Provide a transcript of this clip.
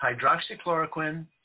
hydroxychloroquine